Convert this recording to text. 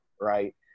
right